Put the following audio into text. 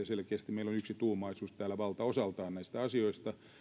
selkeästi meillä on yksituumaisuus täällä valtaosaltaan näistä asioista